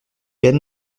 week